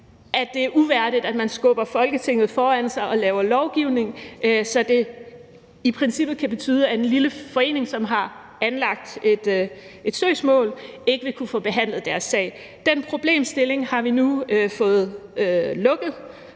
et demokrati er uværdigt, at man skubber Folketinget foran sig og laver lovgivning, så det i princippet kan betyde, at en lille forening, som har anlagt et søgsmål, ikke vil kunne få behandlet deres sag. Den problemstilling har vi nu fået lukket